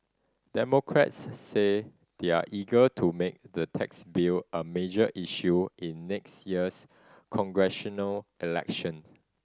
Democrats say they're eager to make the tax bill a major issue in next year's congressional election